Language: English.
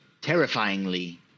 terrifyingly